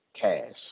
cash